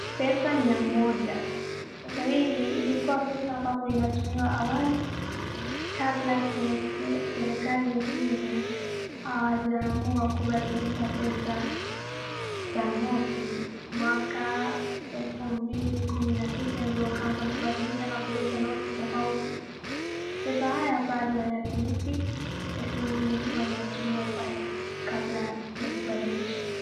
Pesa mia moja. Pesa hii ili, ilikuwa pesa ambapo inatumiwa awali kabla serikali, serikali ya Kenya hawajaamua kubadilisha pesa za noti mwaka elfu mbili kumi na tisa ndio wakaanza kubadilisdha na kuleta noti tofauti. Pesa haya bado hayatumiki lakini ilikuwa inatumiwa pa, kabla ya kubadilisha.